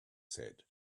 said